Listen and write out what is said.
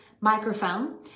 microphone